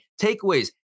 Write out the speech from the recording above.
takeaways